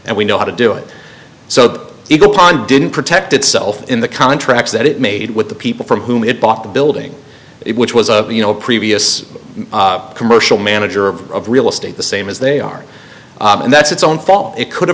and we know how to do it so it goes on didn't protect itself in the contracts that it made with the people from whom it bought the building it which was a you know previous commercial manager of real estate the same as they are and that's its own fault it could have